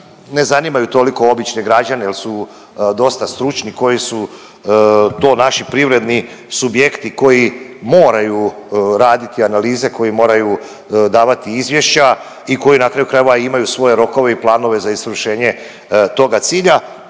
ne zanimaju toliko obične građane jel su dosta stručni, koji su to naši privredni subjekti koji moraju raditi analize, koji moraju davati izvješća i koji na kraju krajeva imaju svoje rokove i planove za izvršenje toga cilja.